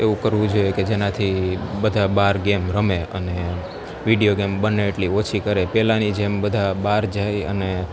એવું કરવું જોઈએ કે જેનાથી બધા બાર ગેમ રમે અને વિડીયો ગેમ બને એટલી ઓછી કરે પહેલાની જેમ બધા બહાર જાય અને